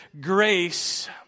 grace